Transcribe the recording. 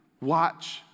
watch